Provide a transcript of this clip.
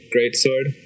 Greatsword